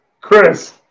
Chris